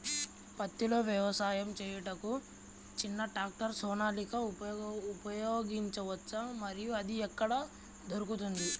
పత్తిలో వ్యవసాయము చేయుటకు చిన్న ట్రాక్టర్ సోనాలిక ఉపయోగించవచ్చా మరియు అది ఎక్కడ దొరుకుతుంది?